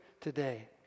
today